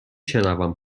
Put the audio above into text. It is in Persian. شنوم